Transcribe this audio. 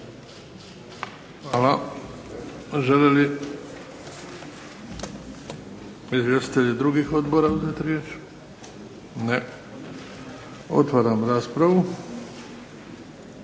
Hvala. Žele li izvjestitelji drugih odbora uzeti riječ? Ne. Otvaram raspravu.